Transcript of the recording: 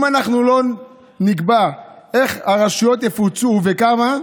אם אנחנו לא נקבע איך הרשויות יפוצו וכמה,